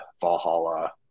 Valhalla